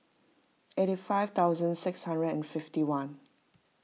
eighty five thousand six hundred and fifty one